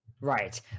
right